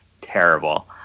terrible